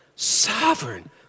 Sovereign